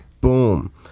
boom